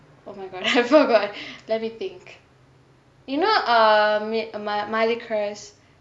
oh my god I forgot let me think you know err miley cirus